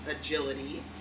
agility